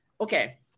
okay